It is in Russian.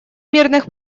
мирных